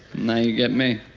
now you get me.